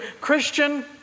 Christian